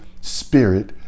Spirit